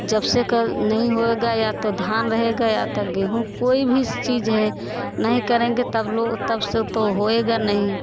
जब से कल नहीं होगा या तो धान रहेगा या तो गेहूँ कोई भी चीज है नहीं करेंगे तब लोग तब से तो होएगा नहीं